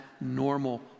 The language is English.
normal